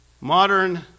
modern